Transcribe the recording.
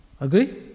agree